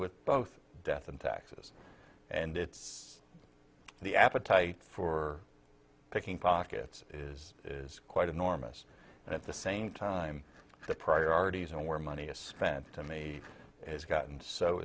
with both death and taxes and it's the appetite for picking pockets is quite enormous and at the same time the priorities and where money is spent to me has gotten so it